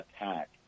attack